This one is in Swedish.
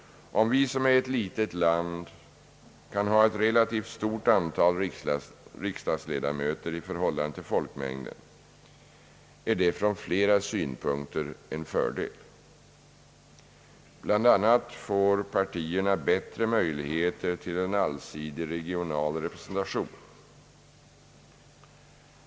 Om vi som är ett litet land kan ha ett relativt stort antal riksdagsledamöter i förhållande till folkmängden är detta från flera synpunkter en fördel. Bl. a. får partierna bättre möjligheter till en allsidig regional representation.